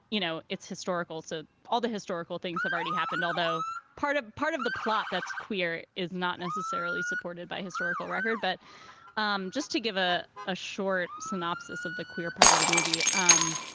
you know, it's historical. so all the historical things have already happened, although part of part of the plot that's queer is not necessarily supported by historical record. but um just to give a ah short synopsis of the queer part of the movie. um